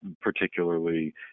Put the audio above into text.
particularly